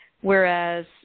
Whereas